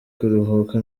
kuruhuka